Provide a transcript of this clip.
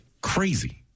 Crazy